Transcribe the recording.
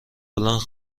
بلند